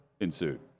ensued